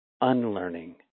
unlearning